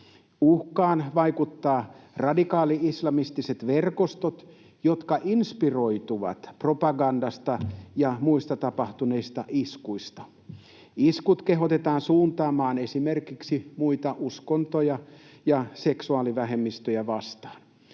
Uhkaan vaikuttavat radikaali-islamistiset verkostot, jotka inspiroituvat propagandasta ja muista tapahtuneista iskuista. Iskut kehotetaan suuntaamaan esimerkiksi muita uskontoja ja seksuaalivähemmistöjä vastaan.